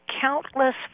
countless